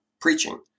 preaching